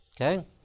Okay